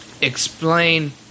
explain